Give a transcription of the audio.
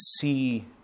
see